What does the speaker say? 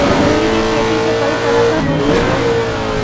रुई के खेती से कई तरह क रुई निकालल जाला